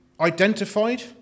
identified